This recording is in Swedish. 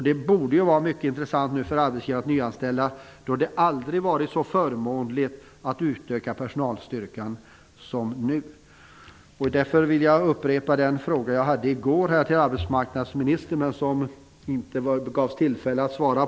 Det borde vara mycket intressant för arbetsgivarna att nyanställa, då det aldrig har varit så förmånligt att utöka personalstyrkan som nu. Därför vill jag upprepa den fråga som jag ställde till arbetsmarknadsministern i går, vilken det inte gavs tillfälle att besvara.